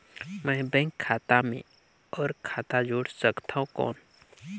मैं बैंक खाता मे और खाता जोड़ सकथव कौन?